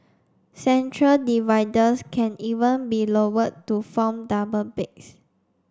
central dividers can even be lowered to form double beds